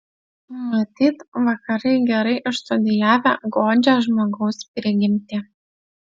matyt vakarai gerai išstudijavę godžią žmogaus prigimtį